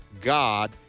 God